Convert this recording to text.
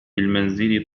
المنزل